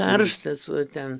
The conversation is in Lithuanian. karštas ten